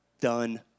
done